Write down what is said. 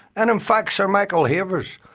and in fact, sir michael havers,